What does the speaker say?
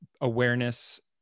awareness